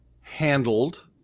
handled